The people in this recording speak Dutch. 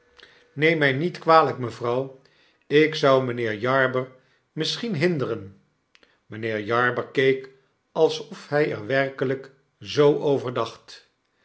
neem mij niet kwalfik mevrouw ik zou mynheer jarber misschien hinderen mijnheer jarber keek alsof hij er werkeliik zoo over